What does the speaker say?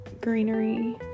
greenery